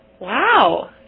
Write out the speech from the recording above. Wow